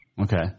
Okay